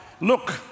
Look